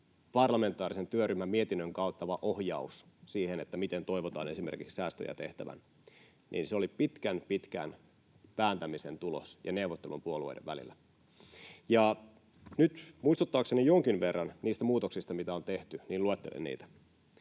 parlamentaarisen työryhmän mietinnön kautta ohjaus siihen, miten toivotaan esimerkiksi säästöjä tehtävän, niin se oli pitkän, pitkän vääntämisen tulos ja neuvottelu puolueiden välillä. Nyt muistuttaakseni jonkin verran niistä muutoksista, mitä on tehty, luettelen niitä.